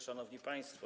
Szanowni Państwo!